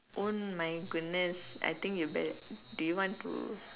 oh my goodness I think you better do you want to